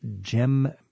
gem